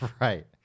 Right